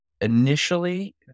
Initially